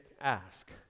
ask